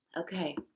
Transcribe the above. Okay